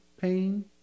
pain